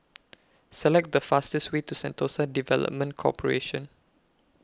Select The fastest Way to Sentosa Development Corporation